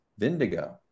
Vindigo